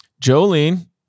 Jolene